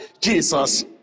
Jesus